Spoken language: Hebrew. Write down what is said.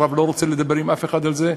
שהרב לא רוצה לדבר עם אף אחד על זה.